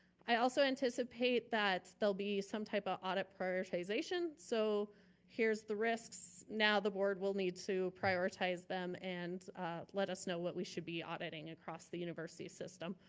i also anticipate that there'll be some type of audit prioritization, so here's the risks, now the board will need to prioritize them and let us know what we should be auditing across the university system.